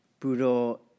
Budo